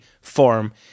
form